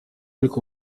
ariko